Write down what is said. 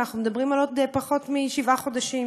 אנחנו מדברים על עוד פחות משבעה חודשים,